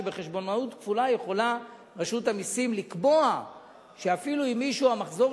שבחשבונאות כפולה רשות המסים יכולה לקבוע שאפילו אם המחזור